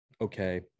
okay